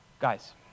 guys